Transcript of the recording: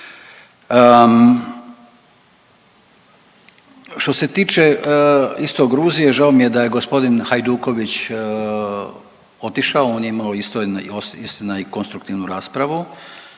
Što se tiče isto Gruzije, žao mi je da je g. Hajduković otišao, on je imao isto, istina i konstruktivnu raspravu